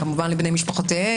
כמובן לבני משפחותיהם,